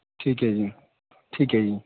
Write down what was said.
ਠੀਕ ਹੈ ਜੀ ਠੀਕ ਹੈ ਜੀ